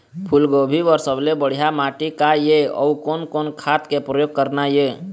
फूलगोभी बर सबले बढ़िया माटी का ये? अउ कोन कोन खाद के प्रयोग करना ये?